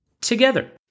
together